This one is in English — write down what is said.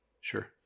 Sure